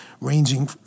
ranging